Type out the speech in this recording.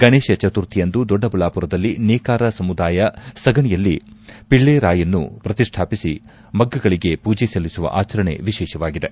ಗಣೇಶ ಚತುರ್ಥಿಯಂದು ದೊಡ್ಡಬಳ್ಳಾಪುರದಲ್ಲಿ ನೇಕಾರ ಸಮುದಾಯ ಸಗಣಿಯಲ್ಲಿ ಪಿಳ್ಳೆರಾಯನ್ನು ಪ್ರತಿಷ್ಠಾಪಿಸಿ ಮಗ್ಗಗಳಿಗೆ ಪೂಜೆ ಸಲ್ಲಿಸುವ ಆಚರಣೆ ವಿಶೇಷವಾಗಿದೆ